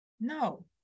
no